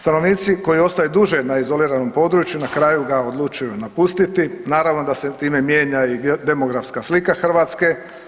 Stanovnici koji ostaju duže na izoliranom području na kraju ga odlučuju napustiti, naravno da se time mijenja i demografska slika Hrvatske.